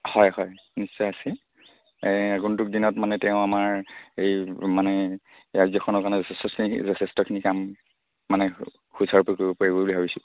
হয় হয় নিশ্চয় আছে আগনতুক দিনত মানে তেওঁ আমাৰ এই মানে ৰাজ্যখনৰ কাৰণে যেষ্ট যথেষ্টখিনি কাম মানে সুচাৰু ৰূপে কৰিব পাৰিব বুলি ভাবিছোঁ